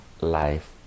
life